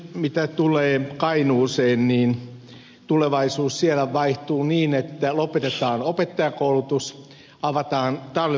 mitä tulee kainuuseen niin tulevaisuus siellä vaihtuu niin että lopetetaan opettajankoulutus avataan talvivaaran kaivos